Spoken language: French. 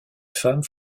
femmes